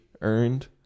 Earned